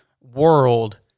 world